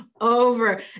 over